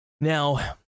Now